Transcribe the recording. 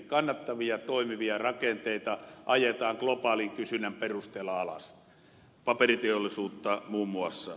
kannattavia toimivia rakenteita ajetaan globaalin kysynnän perusteella alas paperiteollisuutta muun muassa